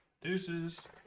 deuces